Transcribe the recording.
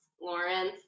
Lawrence